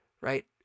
right